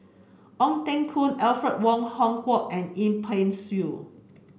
Ong Teng Koon Alfred Wong Hong Kwok and Yip Pin Xiu